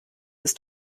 ist